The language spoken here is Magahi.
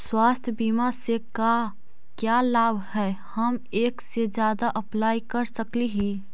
स्वास्थ्य बीमा से का क्या लाभ है हम एक से जादा अप्लाई कर सकली ही?